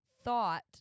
thought